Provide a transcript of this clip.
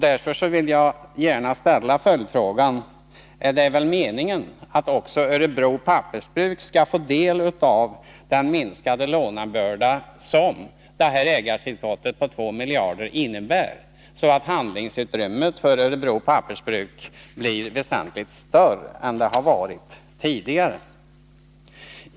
Därför vill jag gärna ställa följdfrågan: Är det inte meningen att den minskade lånebördan — som ju det aktuella ägartillskottet på 2 miljarder innebär — också skall avse Örebro Pappersbruk, så att handlingsutrymmet för detta bruk blir väsentligt större än det varit tidigare?